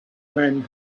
men